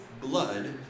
blood